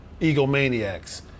egomaniacs